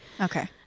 Okay